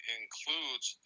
includes